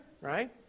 Right